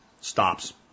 Stops